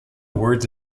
words